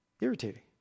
irritating